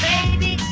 Baby